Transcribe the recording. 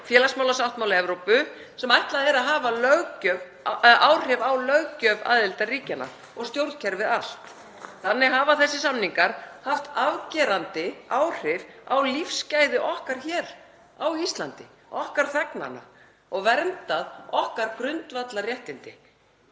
félagsmálasáttmáli Evrópu sem ætlað er að áhrif á löggjöf aðildarríkjanna og stjórnkerfið allt. Þannig hafa þessir samningar haft afgerandi áhrif á lífsgæði okkar á Íslandi, okkar þegnanna, og verndað grundvallarréttindi